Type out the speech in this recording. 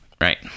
right